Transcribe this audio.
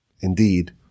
Indeed